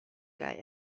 kaj